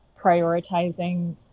prioritizing